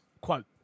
Quote